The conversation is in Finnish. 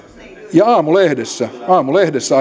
ja aamulehdessä aamulehdessä